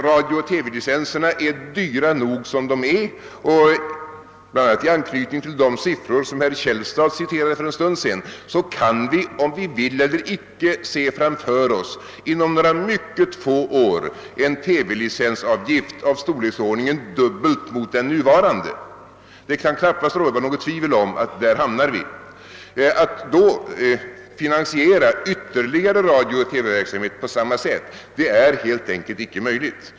Radiooch TV-licenserna är dyra nog som de är och, bl.a. i anknytning till de siffror som herr Källstad nämnde för en stund sedan, kan vi, vare sig vi vill eller icke, inom några få år emotse en TV-licensavgift av storleksordningen dubbelt så hög som den nuvarande. Det kan knappast råda något tvivel om att där hamnar vi. Att då finansiera ytterligare radiooch TV verksamhet på samma sätt är helt enkelt icke möjligt.